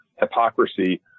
hypocrisy